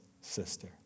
sister